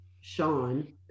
Sean